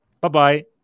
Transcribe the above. Bye-bye